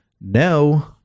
No